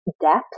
depth